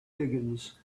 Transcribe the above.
higgins